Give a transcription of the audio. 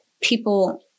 people